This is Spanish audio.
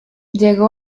llegó